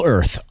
Earth